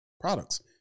products